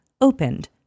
opened